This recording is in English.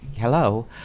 hello